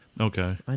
Okay